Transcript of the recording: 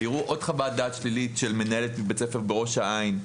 ויראו עוד חוות דעת שלילית של מנהלת מבית הספר בראש העין,